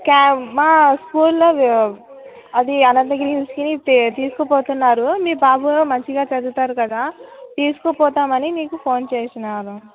cab మా స్కూల్లో అడి అనంతగిరి హిల్స్కి తీ తీసుకుపోతున్నారు మీ బాబు మంచిగా చదువుతారు కదా తీసుకుపోతాం అని మీకు ఫోన్ చేసినారు